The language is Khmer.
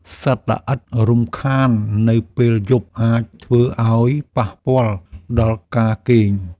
សត្វល្អិតរំខាននៅពេលយប់អាចធ្វើឱ្យប៉ះពាល់ដល់ការគេង។